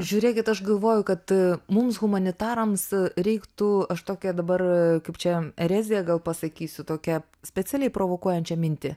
žiūrėkit aš galvoju kad mums humanitarams reiktų aš tokią dabar kaip čia ereziją gal pasakysiu tokią specialiai provokuojančią mintį